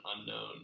unknown